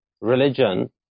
religion